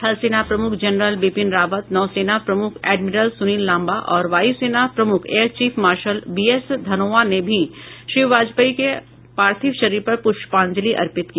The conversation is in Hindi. थलसेना प्रमुख जनरल बिपिन रावत नौसेना प्रमुख एडमिरल सुनील लांबा और वायुसेना प्रमुख air chief marshal B S Dhanoa ने भी श्री वाजपेयी के पार्थिव शरीर पर पुष्पांजलि अर्पित की